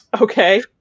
Okay